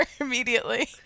immediately